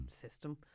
system